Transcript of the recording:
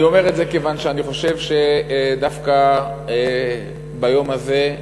אני אומר את זה כיוון שאני חושב שדווקא ביום הזה,